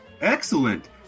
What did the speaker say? Excellent